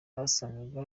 basangaga